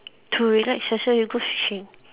to relax yourself you go fishing